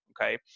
okay